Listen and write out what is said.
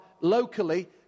locally